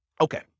okay